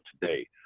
today